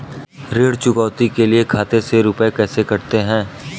ऋण चुकौती के लिए खाते से रुपये कैसे कटते हैं?